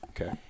Okay